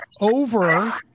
over